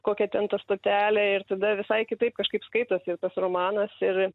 kokia ten ta stotelė ir tada visai kitaip kažkaip skaitosi ir tas romanas ir